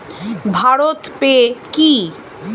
Bharat pay কি?